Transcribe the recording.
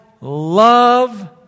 love